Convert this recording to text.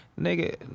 nigga